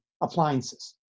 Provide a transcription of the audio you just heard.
appliances